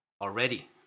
Already